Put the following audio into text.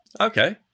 Okay